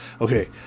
okay